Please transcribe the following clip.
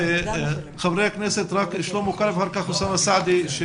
חברי הכנסת, שלמה קרעי ואחר כך אוסאמה סעדי.